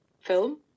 film